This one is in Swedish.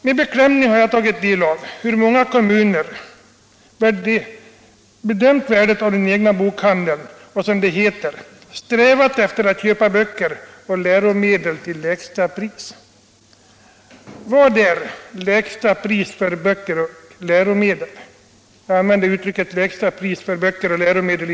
Med beklämning har jag tagit del av hur många kommuner glömt värdet av den egna bokhandeln och, som det heter, ”strävat efter att köpa böcker och läromedel till lägsta pris”. Vad är ”lägsta pris på böcker och läromedel”?